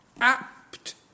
apt